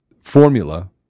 formula